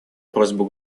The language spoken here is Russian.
просьбу